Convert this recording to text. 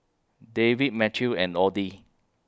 David Mathew and Audy